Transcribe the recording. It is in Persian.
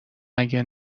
مگه